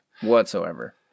Whatsoever